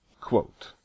Quote